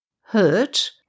Hurt